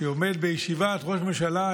ראש ממשלה,